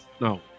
no